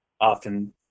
often